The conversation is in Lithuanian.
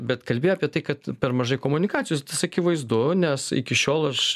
bet kalbėjo apie tai kad per mažai komunikacijos tas akivaizdu nes iki šiol aš